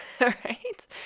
right